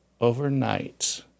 overnight